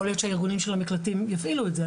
יכול להיות שהמקלטים יפעילו את זה.